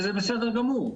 וזה בסדר גמור.